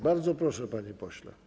Bardzo proszę, panie pośle.